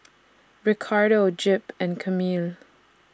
Ricardo Jep and Camille